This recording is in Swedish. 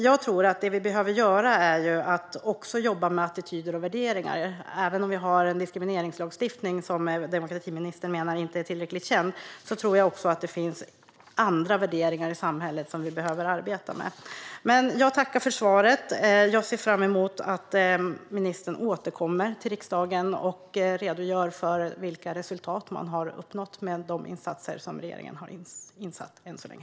Jag tror att vi också behöver jobba med attityder och värderingar. Även om vi har en diskrimineringslagstiftning, som demokratiministern menar inte är tillräckligt känd, tror jag att det finns andra värderingar i samhället som vi behöver arbeta med. Jag tackar för svaret. Jag ser fram emot att ministern återkommer till riksdagen och redogör för vilka resultat man har uppnått med de insatser som regeringen har gjort än så länge.